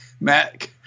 Matt